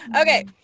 Okay